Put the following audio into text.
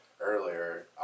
earlier